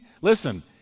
listen